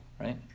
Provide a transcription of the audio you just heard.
right